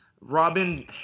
Robin